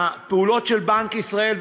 הפעולות של בנק ישראל,